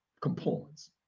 components